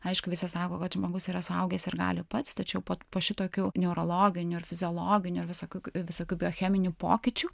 aišku visi sako kad žmogus yra suaugęs ir gali pats tačiau po po šitokių neurologinių ar fiziologinių visokių visokių biocheminių pokyčių